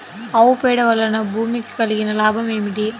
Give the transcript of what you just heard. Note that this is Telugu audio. ఆవు పేడ వలన భూమికి కలిగిన లాభం ఏమిటి?